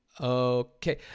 Okay